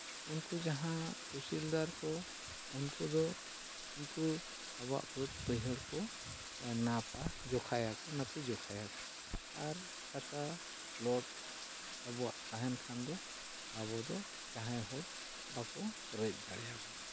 ᱩᱱᱠᱩ ᱡᱟᱦᱟᱸ ᱛᱩᱥᱤᱞᱫᱟᱨ ᱠᱚ ᱩᱱᱠᱩ ᱫᱚ ᱩᱱᱠᱩ ᱟᱵᱚᱣᱟᱜ ᱵᱟᱹᱫ ᱵᱟᱹᱭᱦᱟᱹᱲ ᱠᱚ ᱢᱟᱯᱟ ᱡᱚᱠᱷᱟᱭᱟᱠᱚ ᱚᱱᱟᱛᱮ ᱡᱚᱠᱷᱟᱭᱟᱠᱚ ᱟᱨ ᱠᱷᱟᱛᱟ ᱯᱞᱳᱴ ᱟᱵᱚᱣᱟᱜ ᱛᱟᱦᱮᱱ ᱠᱷᱟᱱ ᱫᱚ ᱟᱵᱚ ᱫᱚ ᱡᱟᱦᱟᱸᱭ ᱦᱚᱲ ᱵᱟᱠᱚ ᱨᱮᱡᱽ ᱫᱟᱲᱮᱭᱟᱵᱚᱱᱟ